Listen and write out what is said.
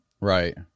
Right